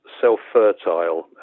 self-fertile